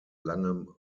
langem